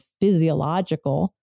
physiological